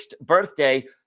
birthday